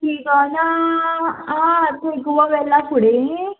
शिरदोना आं थंय गोवा वेला फुडें